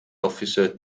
officer